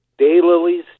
daylilies